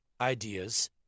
ideas